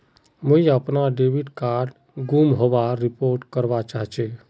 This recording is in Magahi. मुई अपना डेबिट कार्ड गूम होबार रिपोर्ट करवा चहची